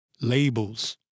labels